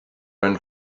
ran